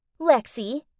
Lexi